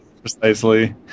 Precisely